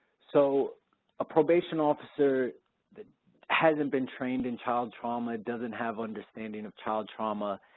so a probation officer that hasn't been trained in child trauma, doesn't have understanding of child trauma,